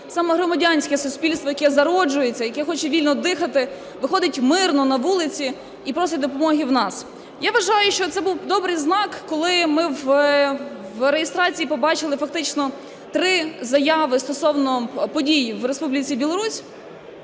саме громадянське суспільство, яке зароджується, яке хоче вільно дихати, виходить мирно на вулиці і просить допомоги в нас. Я вважаю, що це був добрий знак, коли ми в реєстрації побачили фактично три заяви стосовно подій в Республіці Білорусь.